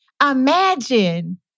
Imagine